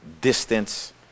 distance